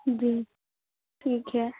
جی ٹھیک ہے